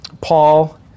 Paul